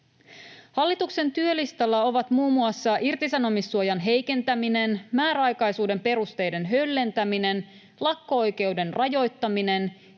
Hallituksen työlistalla ovat muun muassa irtisanomissuojan heikentäminen, määräaikaisuuden perusteiden höllentäminen, lakko-oikeuden rajoittaminen,